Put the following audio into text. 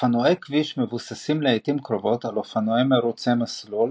אופנועי כביש מבוססים לעיתים קרובות על אופנועי מרוצי מסלול,